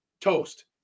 toast